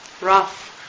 rough